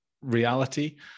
reality